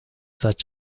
such